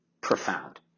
profound